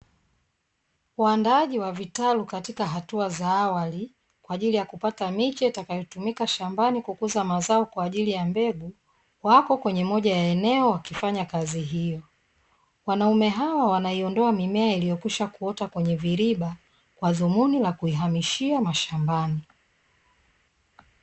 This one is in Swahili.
Waandaaji wa vitalu katika hatua za awali kwa ajili ya kupata miche itakayo tumika shambani kukuza mazao kwa ajili ya mbegu, wapo kwenye moja ya eneo wakifanyany kazi hiyo, wanaume hao wanaiondoa mimea iliyokwisha kuota kwenye viriba kwa madhumuni ya kuihamishia mashambani.